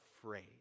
afraid